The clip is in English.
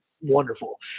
wonderful